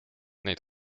neid